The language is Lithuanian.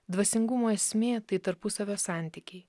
dvasingumo esmė tai tarpusavio santykiai